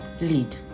lead